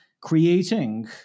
creating